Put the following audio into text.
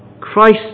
Christ